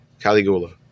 Caligula